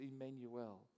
Emmanuel